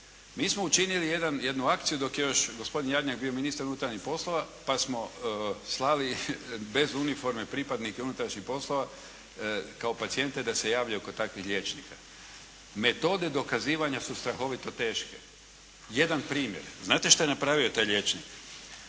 Mi smo učinili jednu akciju dok je još gospodin Jarnjak bio ministar unutarnjih poslova pa smo slali bez uniforme pripadnike unutrašnjih poslova kao pacijente da se javljaju kod takvih liječnika. Metode dokazivanja su strahovito teške. Jedan primjer. Znate što je napravio taj liječnik?